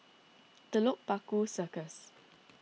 Telok Paku Circus